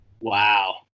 wow